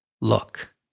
Look